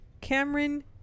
Cameron